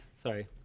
Sorry